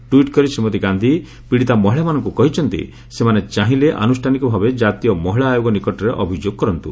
tweet କରି ଶ୍ରୀମତୀ ଗାନ୍ଧୀ ପୀଡ଼ିତା ମହିଳାମାନଙ୍କୁ କହିଛନ୍ତି ସେମାନେ ଚାହିଁଲେ ଆନୁଷ୍ଠାନିକ ଭାବେ କାତୀୟ ମହିଳା ଆୟୋଗ ନିକଟରେ ଅଭିଯୋଗ କରନ୍ତୁ